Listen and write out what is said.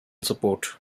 support